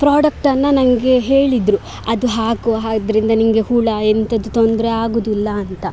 ಪ್ರೊಡಕ್ಟನ್ನು ನನಗೆ ಹೇಳಿದರು ಅದು ಹಾಕುವ ಆದ್ರಿಂದ ನಿನಗೆ ಹುಳು ಎಂಥದು ತೊಂದರೆ ಆಗುವುದಿಲ್ಲ ಅಂತ